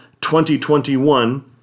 2021